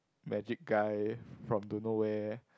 magic guy from don't know where